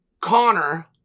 Connor